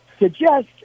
Suggest